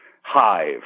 hive